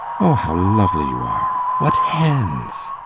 oh, how lovely you are what hands!